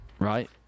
right